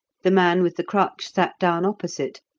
the man with the crutch sat down opposite,